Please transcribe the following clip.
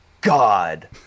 god